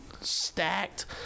stacked